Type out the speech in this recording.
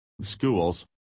Schools